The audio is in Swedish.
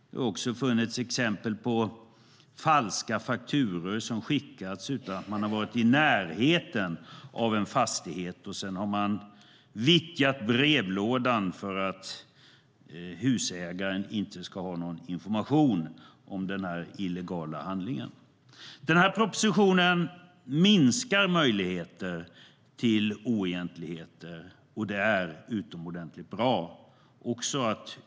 Det har också funnits exempel på falska fakturor som har skickats utan att man har varit i närheten av en fastighet. Sedan har man vittjat brevlådan för att husägaren inte ska få någon information om den illegala handlingen. Den här propositionen minskar möjligheten till oegentligheter, och det är utomordentligt bra.